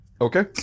okay